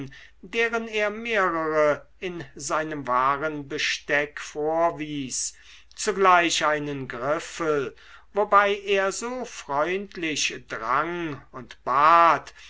deren er mehrere in seinem warenbesteck vorwies zugleich einen griffel wobei er so freundlich drang und bat